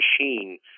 machine